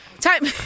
Time